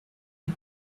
did